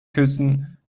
küssen